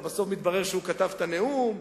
בסוף מתברר שהוא כתב את הנאום.